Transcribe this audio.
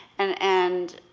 and and